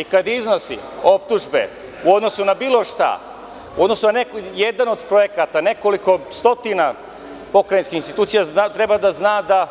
I kada iznosi optužbe u odnosu na bilo šta, u odnosu na jedan od projekata nekoliko stotina pokrajinskih institucija, treba da zna da